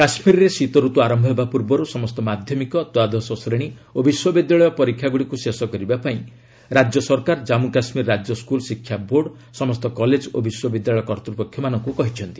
କାଶ୍ରୀର୍ରେ ଶୀତରତ୍ନୁ ଆରମ୍ଭ ହେବା ପୂର୍ବରୁ ସମସ୍ତ ମାଧ୍ୟମିକ ଦ୍ୱାଦଶ ଶ୍ରେଣୀ ଓ ବିଶ୍ୱବିଦ୍ୟାଳୟ ପରୀକ୍ଷାଗୁଡ଼ିକୁ ଶେଷ କରିବାପାଇଁ ରାଜ୍ୟ ସରକାର ଜନ୍ମୁ କାଶୁୀର ରାଜ୍ୟ ସ୍କ୍ରଲ୍ ଶିକ୍ଷା ବୋର୍ଡ଼ ସମସ୍ତ କଲେଜ ଓ ବିଶ୍ୱବିଦ୍ୟାଳୟ କର୍ତ୍ତୃପକ୍ଷମାନଙ୍କୁ କହିଛନ୍ତି